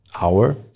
hour